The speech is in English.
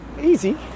easy